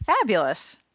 Fabulous